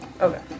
Okay